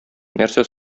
нәрсә